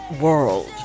world